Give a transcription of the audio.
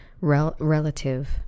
relative